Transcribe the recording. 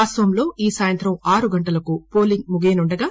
అన్సోంలో ఈ సాయంత్రం ఆరు గంటలకు హోలింగ్ ముగియనుండగా